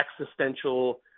existential